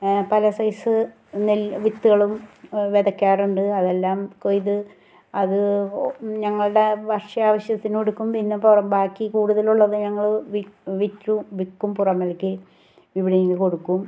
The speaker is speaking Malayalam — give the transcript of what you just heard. പല സൈസ് നെല്ല് വിത്തുകളും വിതയ്ക്കാറുണ്ട് അതെല്ലാം കൊയ്ത് അത് ഞങ്ങളുടെ ഭക്ഷ്യാവശ്യത്തിനും എടുക്കും പിന്നെ ബാക്കി കൂടുതൽ ഉള്ളത് വി വിൽക്കും വിൽക്കും പുറമേക്ക് ഇവിടെയും കൊടുക്കും